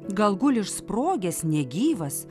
gal guli išsprogęs negyvas